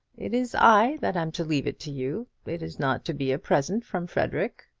it is i that am to leave it to you. it is not to be a present from frederic.